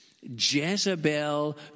Jezebel